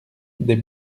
des